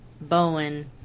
Bowen